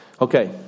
okay